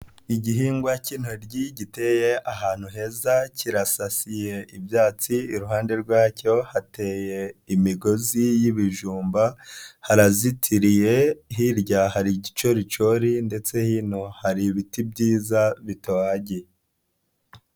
Igihingwa cy'intoryi giteye ahantu heza kirasasiye ibyatsi, iruhande rwacyo hateye imigozi y'ibijumba harazitiriye, hirya hari igicoricori ndetse hino hari ibiti byiza bitohagiye.